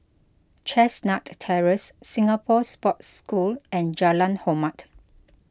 Chestnut Terrace Singapore Sports School and Jalan Hormat